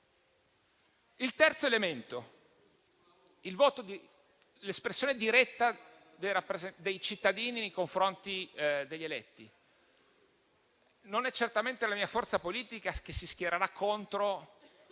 Il terzo elemento: l'espressione diretta dei cittadini nei confronti degli eletti. Non è certamente la mia forza politica che si schiererà contro